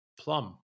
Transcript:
plum